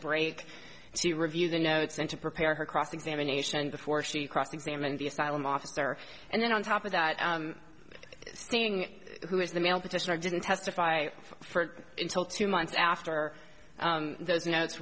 break to review the notes and to prepare her cross examination before she cross examined the asylum officer and then on top of that stating who is the male petitioner didn't testify for until two months after those notes